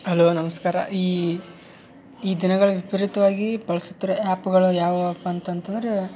hello ನಮಸ್ಕಾರ ಈ ಈ ದಿನಗಳಲ್ಲಿ ವಿಪರೀತವಾಗಿ ಬಳಸುತ್ತಿರುವ ಆ್ಯಪ್ಗಳು ಯಾವ್ಯಾವಪ್ಪ ಅಂತಂತಂದರೆ